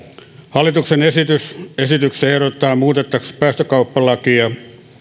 hallituksen esitys esityksessä ehdotetaan muutettavaksi päästökauppalakia